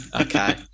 Okay